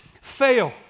fail